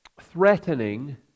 threatening